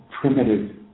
primitive